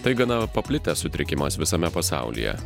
tai gana paplitęs sutrikimas visame pasaulyje